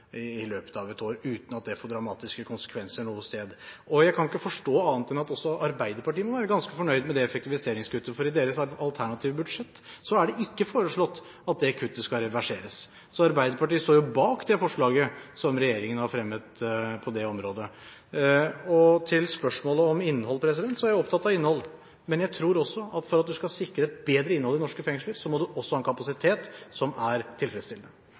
i løpet av ett år, uten at det får dramatiske konsekvenser noe sted. Jeg kan ikke forstå annet enn at også Arbeiderpartiet må være ganske fornøyd med det effektiviseringskuttet, for i deres alternative budsjett er det ikke foreslått at det kuttet skal reverseres. Så Arbeiderpartiet står bak det forslaget som regjeringen har fremmet på det området. Til spørsmålet om innhold: Jeg er opptatt av innhold, men jeg tror at for at man skal sikre et bedre innhold i norske fengsler, må man også ha en kapasitet som er tilfredsstillende.